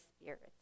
Spirits